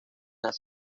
las